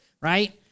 right